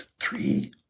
three